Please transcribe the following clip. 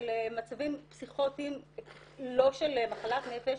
של מצבים פסיכוטיים לא של מחלת נפש,